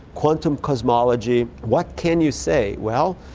quantum cosmology. what can you say? well,